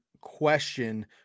question